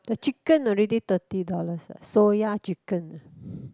the chicken already thirty dollars eh soya chicken uh